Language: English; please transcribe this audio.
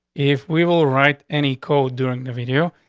if we will write any code during the video,